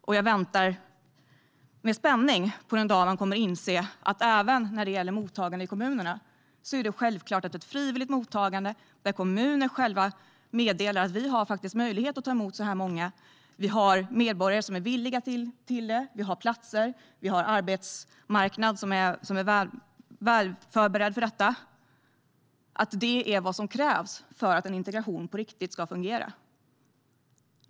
Jag väntar med spänning på den dag när man kommer att inse att det även när det gäller mottagande i kommunerna är självklart att ett frivilligt mottagande, där kommuner själva meddelar att de faktiskt har möjlighet att ta emot ett visst antal, att de har medborgare som är villiga till det, platser och en välförberedd arbetsmarknad, är vad som krävs för att integrationen ska fungera på riktigt.